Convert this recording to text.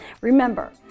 Remember